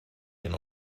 hyn